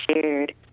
shared